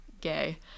gay